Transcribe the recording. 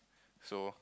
so